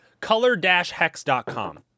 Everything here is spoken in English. color-hex.com